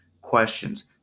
Questions